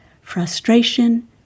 frustration